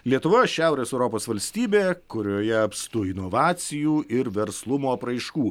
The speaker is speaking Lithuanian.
lietuva šiaurės europos valstybė kurioje apstu inovacijų ir verslumo apraiškų